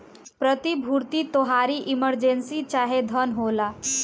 प्रतिभूति तोहारी इमर्जेंसी चाहे धन होला